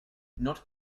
not